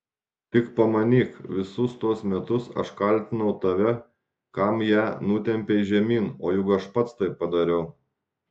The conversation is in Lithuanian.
tik pamanyk visus tuos metus aš kaltinau tave kam ją nutempei žemyn o juk aš pats tai padariau